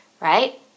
right